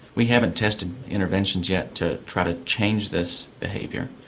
we haven't tested interventions yet to try to change this behaviour.